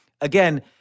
again